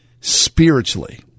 spiritually